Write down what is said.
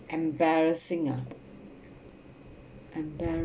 embarrassing ah embarrassing